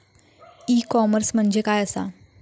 E commerce म्हणजे काय असा?